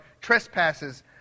trespasses